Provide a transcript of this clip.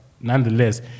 nonetheless